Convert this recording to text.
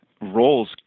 roles